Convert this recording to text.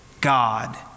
God